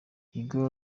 hugo